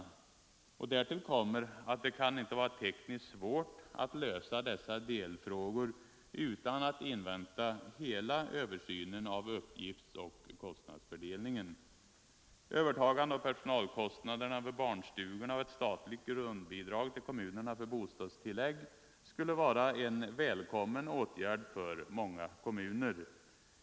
Därtill kommer att det inte kan vara tekniskt svårt att lösa dessa delfrågor utan att invänta hela översynen av uppgiftsoch kostnadsfördelningen. Övertagande av personalkostnaderna vid barnstugorna och ett statligt grundbidrag till kommunerna för bostadstillägg skulle vara en välkommen åtgärd för många kommuner.